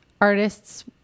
Artists